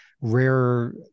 rare